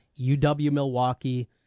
UW-Milwaukee